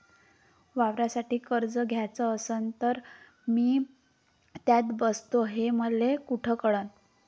वावरासाठी कर्ज घ्याचं असन तर मी त्यात बसतो हे मले कुठ कळन?